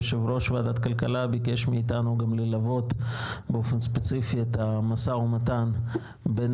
יו"ר ועדת הכלכלה ביקש מאתנו ללוות באופן ספציפי את המשא ומתן בין